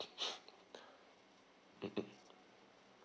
mm mm